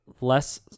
less